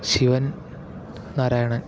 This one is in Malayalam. ശിവൻ നാരായണൻ